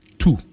two